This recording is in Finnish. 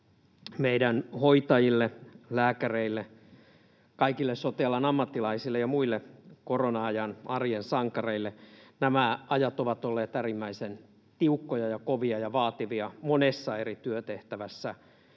meidän hoitajille, lääkäreille, kaikille sote-alan ammattilaisille ja muille korona-ajan arjen sankareille. Nämä ajat ovat olleet äärimmäisen tiukkoja ja kovia ja vaativia monessa eri työtehtävässä